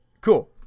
cool